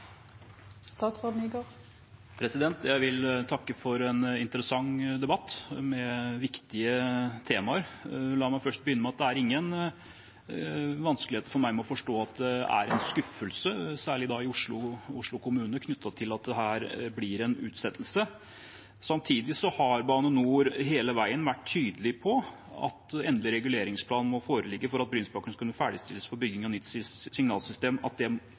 en interessant debatt med viktige temaer. La meg begynne med å si at jeg har ingen vanskeligheter med å forstå at det er en skuffelse, særlig da i Oslo og Oslo kommune, knyttet til at det her blir en utsettelse. Samtidig har Bane NOR hele veien vært tydelig på at endelig reguleringsplan må foreligge for at Brynsbakken skal kunne ferdigstilles før bygging av nytt signalsystem, at det